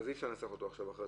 אי-אפשר לנסח אותו עכשיו אחרת,